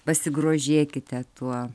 pasigrožėkite tuo